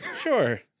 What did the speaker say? Sure